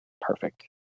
perfect